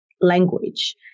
language